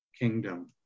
kingdom